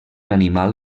animal